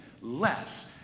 less